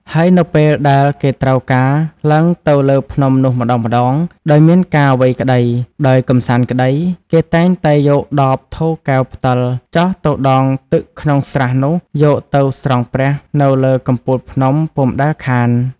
ហើយនៅពេលដែលគេត្រូវការឡើងទៅលើភ្នំនោះម្ដងៗ ដោយមានការអ្វីក្ដី ដោយកម្សាន្តក្ដី គេតែងតែយកដប ថូ កែវ ផ្តិល ចុះទៅដងទឹកក្នុងស្រះនោះ យកទៅស្រង់ព្រះ នៅលើកំពូលភ្នំពុំដែលខាន ។